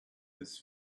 his